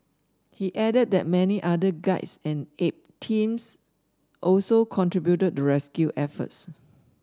he added that many other guides and aid teams also contributed to rescue efforts